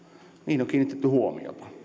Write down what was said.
niihin on kiinnitetty huomiota